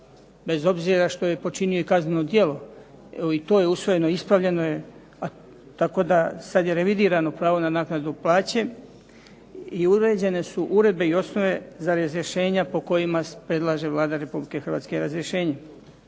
bez obzira što je počinio i kazneno djelo. Evo i to je usvojeno, ispravljeno je, tako da sad je revidirano pravo na naknadu plaće i uređene su uredbe i osnove za razrješenja po kojima predlaže Vlade Republike Hrvatske razrješenje,